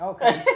Okay